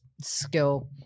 skill